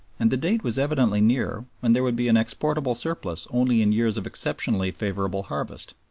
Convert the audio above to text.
and the date was evidently near when there would be an exportable surplus only in years of exceptionally favorable harvest.